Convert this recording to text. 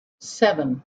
seven